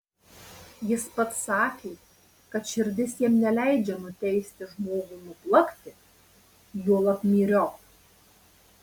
jis pats sakė kad širdis jam neleidžia nuteisti žmogų nuplakti juolab myriop